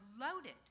loaded